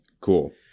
cool